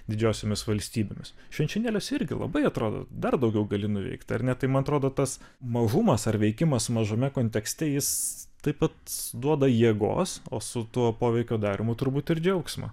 didžiosiomis valstybėmis švenčionėliuose irgi labai atrodo dar daugiau gali nuveikt ar ne tai man atrodo tas mažumas ar veikimas mažame kontekste jis taip pat duoda jėgos o su tuo poveikio darymu turbūt ir džiaugsmą